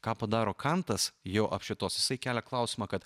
ką padaro kantas jo apšvietos jisai kelia klausimą kad